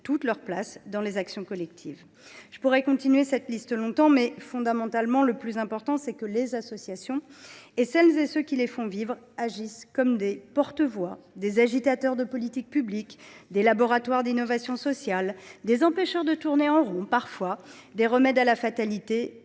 toute leur place dans les actions collectives. Je pourrais continuer cette liste pendant longtemps. Mais le plus important, c’est que les associations et celles et ceux qui les font vivre agissent comme des porte voix, des agitateurs de politiques publiques, des laboratoires d’innovation sociale, des empêcheurs de tourner en rond, parfois, des remèdes à la fatalité,